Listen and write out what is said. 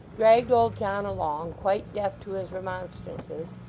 dragged old john along, quite deaf to his remonstrances,